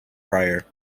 prior